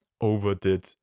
overdid